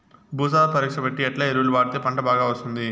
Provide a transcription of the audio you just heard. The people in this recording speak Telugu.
భూసార పరీక్ష బట్టి ఎట్లా ఎరువులు వాడితే పంట బాగా వస్తుంది?